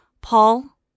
Paul